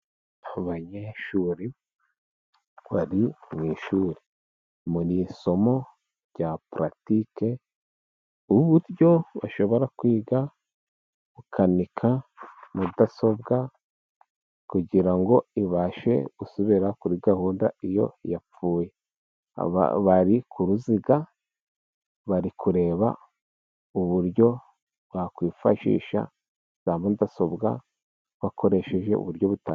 Abo banyeshuri bari mu ishuri, mu isomo rya paratike, uburyo bashobora kwiga gukanika mudasobwa, kugira ngo ibashe gusubira kuri gahunda iyo yapfuye. Bari ku ruziga, bari kureba uburyo bakwifashisha za mudasobwa bakoresheje uburyo butandukanye.